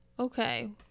Okay